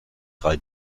drei